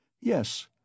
Yes